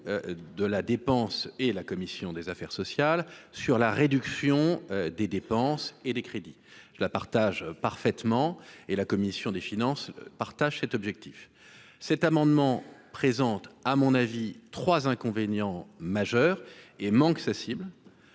de la dépense et la commission des affaires sociales sur la réduction des dépenses et des crédits, je la partage parfaitement et la commission des finances, partage cet objectif cet amendement présente, à mon avis, 3 inconvénient majeur et manque sa cible